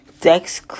Dex